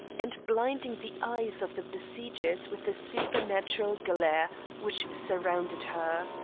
and blinding the eyes of the besiegers with the supernatural glare which surrounded her.